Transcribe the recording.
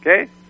Okay